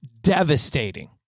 devastating